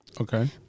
Okay